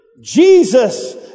Jesus